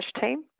team